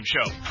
show